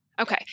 Okay